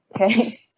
okay